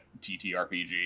TTRPG